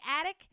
attic